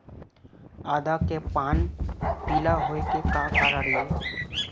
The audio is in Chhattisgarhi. आदा के पान पिला होय के का कारण ये?